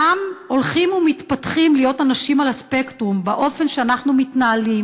הולכים ומתפתחים להיות אנשים על הספקטרום באופן שאנחנו מתנהלים,